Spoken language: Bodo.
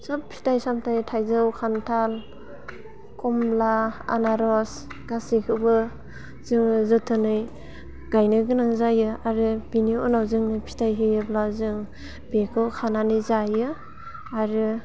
सब फिथाइ सामथाय थाइजौ खान्थाल कमला आनारस गासैखौबो जोङो जोथोनै गायनो गोनां जायो आरो बिनि उनाव जोंनि फिथाइ होयोब्ला जों बेखौ खानानै जायो आरो